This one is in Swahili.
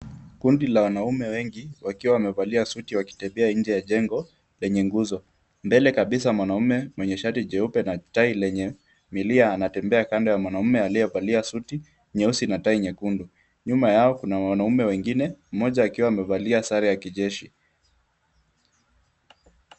Kundi la wanaume wengi wakiwa wamevalia suti wakitembea nje ya jengo lenye nguzo. Mbele kabisa mwanaume mwenye shati jeupe na tai lenye milio anatembea kando ya mwanaume aliyevalia suti nyeusi na tai nyekundu. Nyuma yao kuna wanaume wengine mmoja akiwa amevalia sare ya kijeshi.